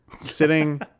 sitting